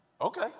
Okay